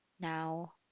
Now